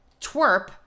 twerp